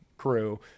crew